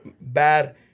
bad